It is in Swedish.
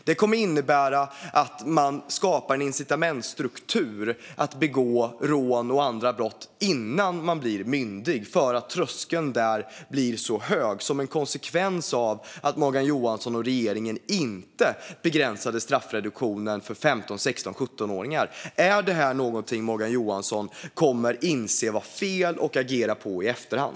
Det kommer att innebära att det skapas en incitamentsstruktur att begå rån och andra brott innan man blir myndig eftersom tröskeln då bli så hög, som en konsekvens av att Morgan Johansson och regeringen inte begränsade straffreduktionen för 15, 16 och 17-åringar. Är detta någonting som Morgan Johansson kommer att inse var fel och agera på i efterhand?